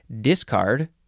Discard